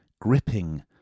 gripping